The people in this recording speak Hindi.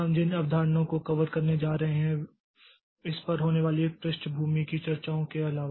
हम जिन अवधारणाओं को कवर करने जा रहे हैं इस पर होने वाली पृष्ठभूमि की चर्चाओं के अलावा